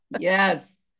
Yes